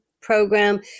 program